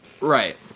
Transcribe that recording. Right